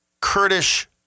Kurdish